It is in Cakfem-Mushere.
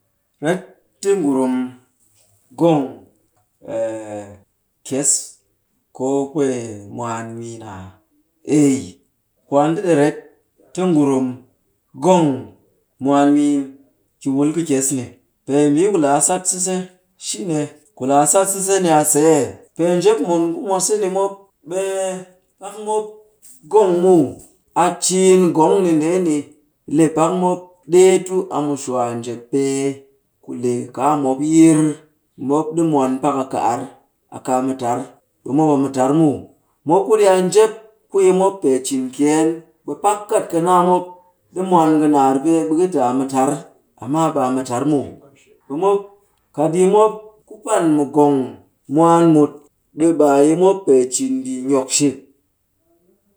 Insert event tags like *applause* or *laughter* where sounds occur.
Ret ti ngurum gong *hesitation* kyes koo kwee mwaan miin aa? Ei, kwaan ate ɗi ret ti ngurum gobg mwaan miin ki wul kɨ kyes ni. Pee mbii ku le a sat sise shine, ku le a sat sise ni a see, pee njep mun ku mwase ni mop, ɓe pak mop gong muw. A ciin gong ni ndeeni le pak mop ɗee tu a mu shwaa njep pee ku le kaa mop yir. Mup ɗi mwan pak a kɨ ar a kaa mu tar. Ɓe mop a mu tar muw. Mop kuɗ a njep ku yi mop pee cin kyeen. Ɓe pak kat ka naa mop ni mwan kɨ naar pee, ɓe ka te a mu tar, amma ɓe a mu tar muw. Ɓe mop, kat yi mop ku pan mu gong mwaan mut, ɓe baa yi mop pee cin mbii nyok shik.